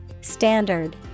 Standard